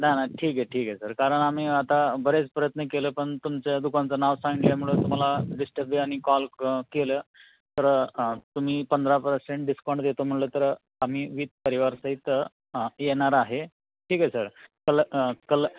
नाही नाही ठीक आहे ठीक आहे सर कारण आम्ही आता बरेच प्रयत्न केलं पण तुमच्या दुकानाचं नाव सांगितल्यामुळं तुम्हाला डिस्टब बी आणि कॉल केलं तर तुम्ही पंधरा पर्सेंट डिस्काउंट देतो म्हटलं तर आम्ही विथ परिवारसहित ए आर आहे ठीक आहे सर कल कल